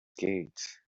gate